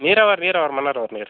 ನೀರಾವರಿ ನೀರಾವರಿ ಮನರವ್ರ ನೀರು